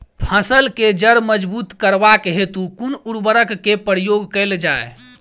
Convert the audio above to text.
फसल केँ जड़ मजबूत करबाक हेतु कुन उर्वरक केँ प्रयोग कैल जाय?